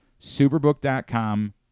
Superbook.com